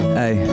hey